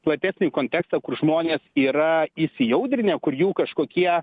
platesnį kontekstą kur žmonės yra įsijaudrinę kur jų kažkokie